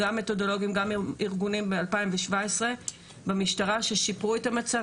גם מתודולוגיים וגם ארגוניים ב-2017 במשטרה ששיפרו את המצב,